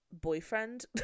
boyfriend